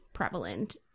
prevalent